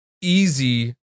easy